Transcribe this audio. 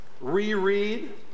Reread